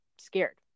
scared